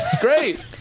Great